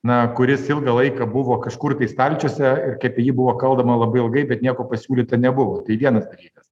na kuris ilgą laiką buvo kažkur tai stalčiuose kai apie jį buvo kalbama labai ilgai bet nieko pasiūlyta nebuvo tai vienas dalykas